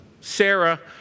Sarah